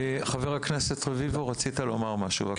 חבר הכנסת רביבו, רצית לומר משהו, בבקשה.